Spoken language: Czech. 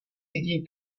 lidí